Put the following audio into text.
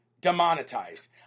demonetized